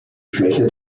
schwäche